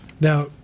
Now